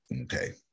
okay